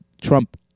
Trump